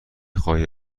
خواهی